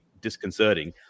disconcerting